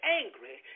angry